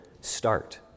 start